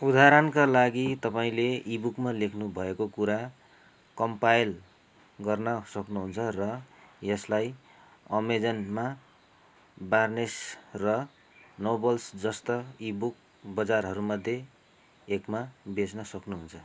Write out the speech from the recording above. उदाहरणका लागि तपाईँले इबुकमा लेख्नुभएको कुरा कम्पाइल गर्न सक्नुहुन्छ र यसलाई अमेजनमा बार्नेस र नोभल्स जस्ता इ बुक बजारहरूमध्ये एकमा बेच्न सक्नुहुन्छ